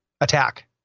attack